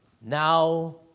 now